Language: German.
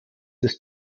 ist